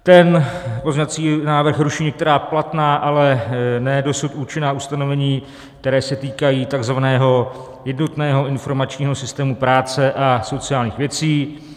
Ten pozměňovací návrh ruší některá platná, ale ne dosud účinná ustanovení, která se týkají takzvaného Jednotného informačního systému práce a sociálních věcí.